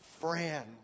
friend